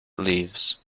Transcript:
leaves